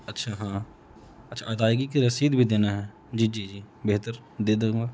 اچھا ہاں اچھا ادائیگی کی رسید بھی دینا ہے جی جی جی بہتر دے دوں گا